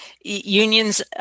unions